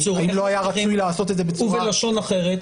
והאם לא היה רצוי לעשות את זה בצורה --- ובלשון אחרת,